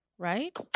right